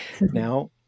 now